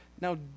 now